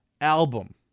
album